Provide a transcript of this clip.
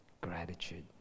Gratitude